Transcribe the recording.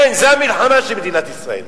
אין, זו המלחמה של מדינת ישראל,